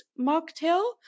mocktail